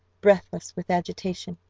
breathless with agitation.